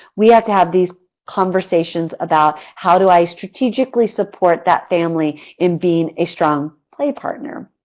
we have to have these conversations about, how do i strategically support that family in being a strong play partner?